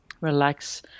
Relax